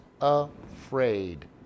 afraid